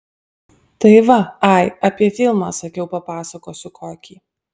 tai va ai apie filmą sakiau papasakosiu kokį